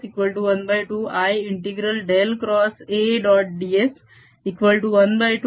dS12IA